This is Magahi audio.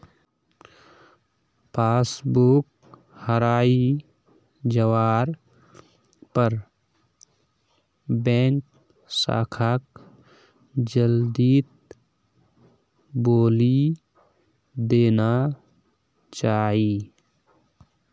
पासबुक हराई जवार पर बैंक शाखाक जल्दीत बोली देना चाई